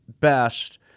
Best